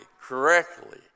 correctly